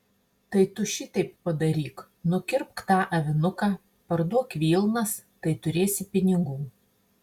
tai tu šiteip padaryk nukirpk tą avinuką parduok vilnas tai turėsi pinigų